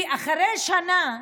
כי אחרי שנה,